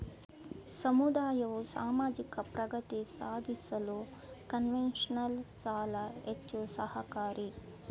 ಸಮುದಾಯವು ಸಾಮಾಜಿಕ ಪ್ರಗತಿ ಸಾಧಿಸಲು ಕನ್ಸೆಷನಲ್ ಸಾಲ ಹೆಚ್ಚು ಸಹಾಯಕಾರಿ